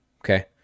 okay